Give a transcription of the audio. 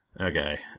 Okay